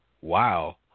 wow